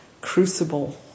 crucible